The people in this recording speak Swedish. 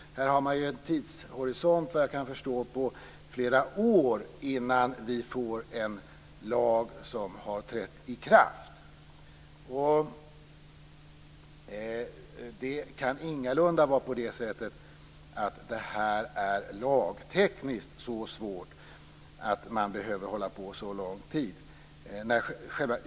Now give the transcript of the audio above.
Såvitt jag kan förstå har man en tidshorisont på flera år innan vi får en lag som har trätt i kraft. Det kan ingalunda vara på det sättet att detta är lagtekniskt så svårt att man behöver hålla på så lång tid.